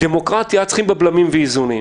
בדמוקרטיה צריכים בלמים ואיזונים.